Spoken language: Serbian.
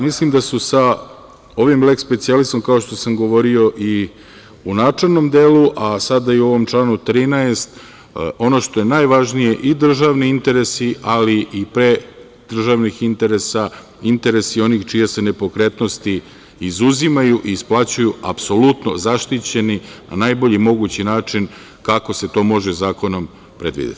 Mislim da su sa ovim lek specijalisom, kao što sam govorio i u načelnom delu, a sada i u ovom članu 13. ono što je najvažnije i državni interesi ali i pre državnih interesa, interesi onih čije se nepokretnosti izuzimaju i isplaćuju, apsolutno zaštićeni na najbolji mogući način, kako se to može zakonom predvideti.